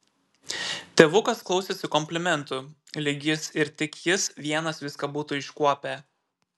tėvukas klausėsi komplimentų lyg jis ir tik jis vienas viską būtų iškuopę